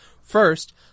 First